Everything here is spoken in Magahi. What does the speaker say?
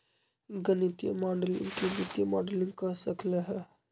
गणितीय माडलिंग के वित्तीय मॉडलिंग कह सक ल ह